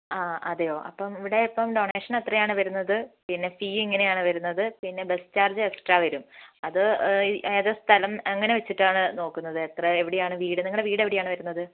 ആ അതെയോ അപ്പം ഇവിടെ ഇപ്പം ഡൊണേഷൻ എത്രയാണ് വരുന്നത് പിന്നെ ഫീ ഇങ്ങനെയാണ് വരുന്നത് പിന്നെ ബസ്സ് ചാർജ് എക്സ്ട്രാ വരും അത് ഏതാണ് സ്ഥലം അങ്ങനെ വച്ചിട്ടാണ് നോക്കുന്നത് എത്രയാണ് എവിടെയാണ് വീട് നിങ്ങളുടെ വീട് എവിടെയാണ് വരുന്നത്